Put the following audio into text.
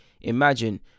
imagine